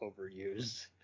overused